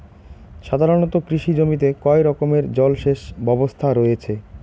সাধারণত কৃষি জমিতে কয় রকমের জল সেচ ব্যবস্থা রয়েছে?